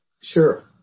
sure